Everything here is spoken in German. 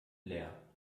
leer